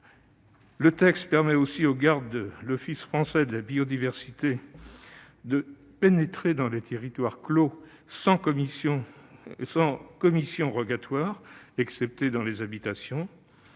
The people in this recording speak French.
de loi permet aussi aux gardes de l'Office français de la biodiversité (OFB) de pénétrer dans les territoires clos sans commission rogatoire, sauf dans les habitations.